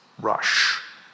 rush